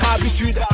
habitude